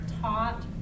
taught